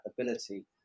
ability